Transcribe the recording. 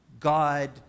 God